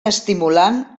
estimulant